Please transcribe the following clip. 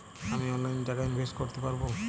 আমি অনলাইনে টাকা ইনভেস্ট করতে পারবো?